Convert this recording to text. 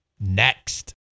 next